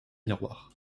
miroir